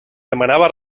demanava